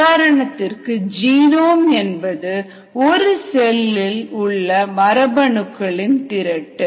உதாரணத்திற்கு ஜீனோம் என்பது ஒரு செல்லில் உள்ள மரபணுக்களின் திரட்டு